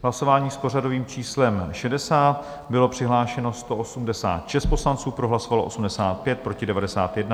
Hlasování s pořadovým číslem 60, bylo přihlášeno 186 poslanců, pro hlasovalo 85, proti 91.